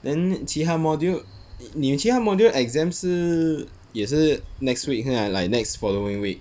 then 其他 module 你你其他 module exam 是也是 next week 是吗也是 like next following week